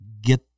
get